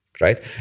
right